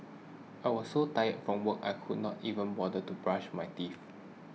I was so tired from work I could not even bother to brush my teeth